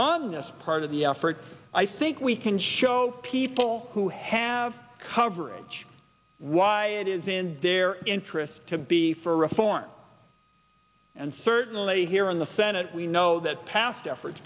on this part of the effort i think we can show people who have coverage why it is in their interests to be for reform and certainly here in the senate we know that past effort